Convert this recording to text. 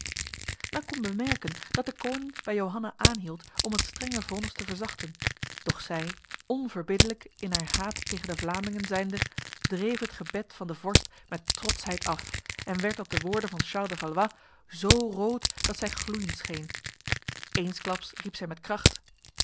men kon bemerken dat de koning bij johanna aanhield om het strenge vonnis te verzachten doch zij onverbiddelijk in haar haat tegen de vlamingen zijnde dreef het gebed van de vorst met trotsheid af en werd op de woorden van charles de valois zo rood dat zij gloeiend scheen eensklaps riep zij met kracht